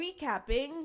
recapping